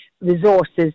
resources